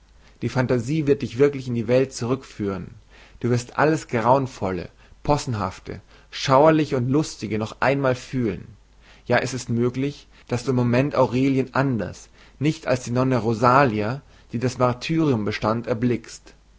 die phantasie wird dich wirklich in die welt zurückführen du wirst alles grauenvolle possenhafte schauerliche und lustige noch einmal fühlen ja es ist möglich daß du im moment aurelien anders nicht als die nonne rosalia die das martyrium bestand erblickst